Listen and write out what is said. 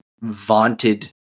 vaunted